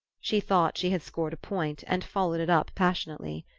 she thought she had scored a point and followed it up passionately.